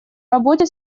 работе